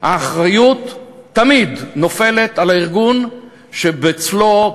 האחריות תמיד נופלת על הארגון שאצלו,